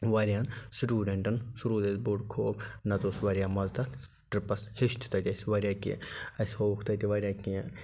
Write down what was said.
وارِیاہن سِٹوڈنٹن سُہ روٗد اَسہِ بوٚڑ خوف نَتہٕ اوس وارِیاہ مَزٕ تَتھ ٹٕرپس ہیٚچھ تہِ تَتہِ اَسہِ وارِیاہ کیٚنٛہہ اَسہِ ہووُکھ تَتہِ وارِیاہ کیٚنٛہہ